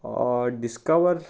discover